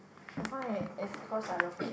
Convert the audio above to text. why it's because I love kid